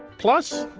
plus